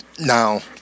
Now